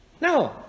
No